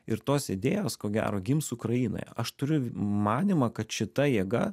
ir tos idėjos ko gero gims ukrainoje aš turiu manymą kad šita jėga